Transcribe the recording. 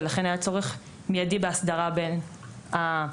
ולכן היה צורך מידי בהסדרה בין הרשויות.